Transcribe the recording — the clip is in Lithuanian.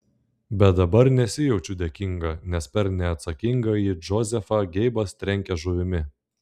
bet dabar nesijaučiu dėkinga nes per neatsakingąjį džozefą geibas trenkia žuvimi